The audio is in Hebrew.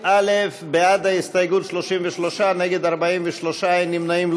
בעד ההסתייגות, 33, נגד, 43, אין נמנעים.